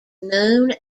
known